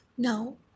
now